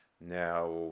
Now